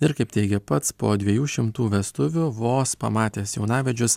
ir kaip teigia pats po dviejų šimtų vestuvių vos pamatęs jaunavedžius